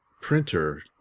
printer